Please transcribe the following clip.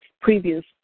Previous